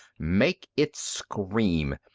make it scream.